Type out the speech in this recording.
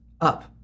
up